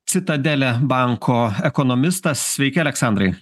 citadele banko ekonomistas sveiki aleksandrai